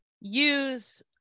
use